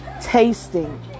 tasting